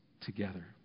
together